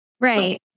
Right